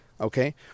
Okay